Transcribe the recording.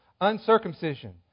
uncircumcision